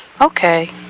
Okay